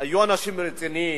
היו אנשים רציניים,